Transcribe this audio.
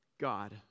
God